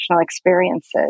experiences